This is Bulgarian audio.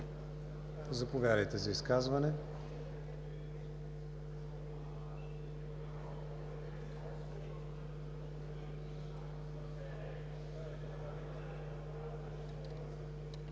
Заповядайте за изказване.